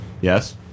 Yes